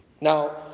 Now